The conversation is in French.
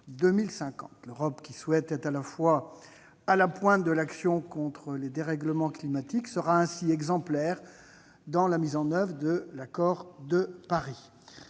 L'Europe, qui souhaite être à la pointe de l'action contre les dérèglements climatiques, sera ainsi exemplaire dans la mise en oeuvre de l'accord de Paris